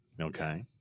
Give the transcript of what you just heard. Okay